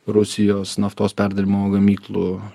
rusijos naftos perdirbimo gamyklų